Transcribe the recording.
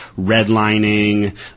redlining